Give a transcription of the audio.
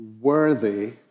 worthy